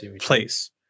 place